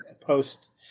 post